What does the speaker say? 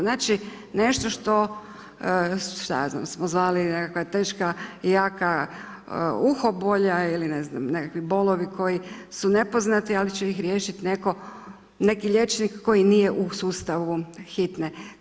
Znači, nešto što, šta ja znam, smo zvali nekakva teška i jaka uhobolja ili ne znam, nekakvi bolovi koji su nepoznati, ali će ih riješiti netko, neki liječnik koji nije u sustavu Hitne.